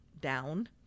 down